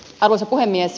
arvoisa puhemies